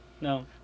No